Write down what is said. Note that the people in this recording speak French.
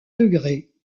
degrés